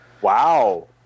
wow